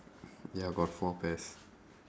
ya got four pairs